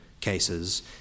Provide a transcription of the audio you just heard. cases